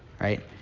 right